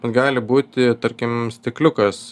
bet gali būti tarkim stikliukas